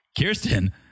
Kirsten